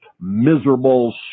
miserable